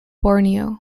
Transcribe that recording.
borneo